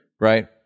right